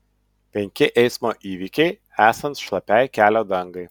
penki eismo įvykiai esant šlapiai kelio dangai